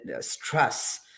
stress